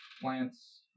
plants